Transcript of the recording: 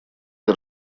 для